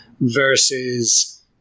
versus